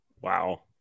Wow